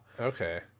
Okay